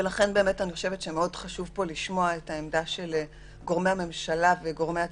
ולכן מאוד חשוב פה לשמוע את העמדה של גורמי הממשלה וגורמי הציבור,